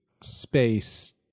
space